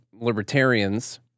libertarians